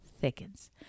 thickens